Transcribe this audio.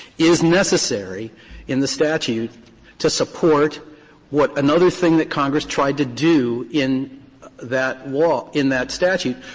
is necessary in the statute to support what another thing that congress tried to do in that law, in that statute,